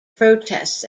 protests